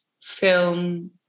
film